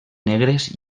negres